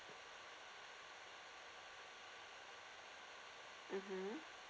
mmhmm